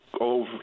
over